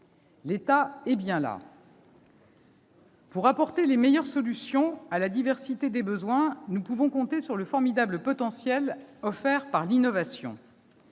l'État est bien là. Pour apporter les meilleures réponses à la diversité des besoins, nous pouvons compter sur le formidable potentiel offert par l'innovation.